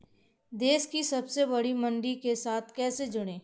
देश की सबसे बड़ी मंडी के साथ कैसे जुड़ें?